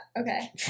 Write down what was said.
okay